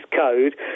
code